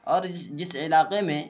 اور جس علاقے میں